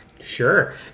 Sure